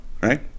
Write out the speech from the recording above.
right